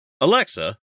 Alexa